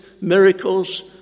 miracles